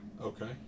Okay